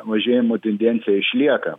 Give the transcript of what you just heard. mažėjimo tendencija išlieka